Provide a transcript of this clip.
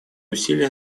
усилия